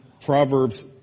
Proverbs